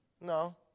No